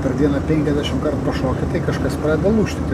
per dieną penkiasdešimt pašoki tai kažkas pradeda lūžti